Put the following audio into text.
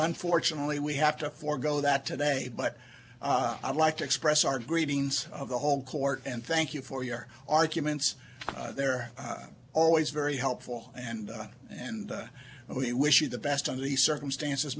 unfortunately we have to forgo that today but i'd like to express our greetings of the whole court and thank you for your arguments there are always very helpful and and we wish you the best on the circumstances